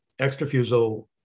extrafusal